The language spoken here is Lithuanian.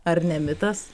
ar ne mitas